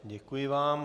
Děkuji vám.